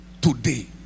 today